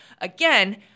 Again